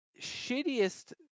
shittiest